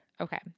Okay